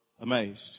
amazed